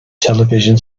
television